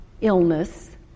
illness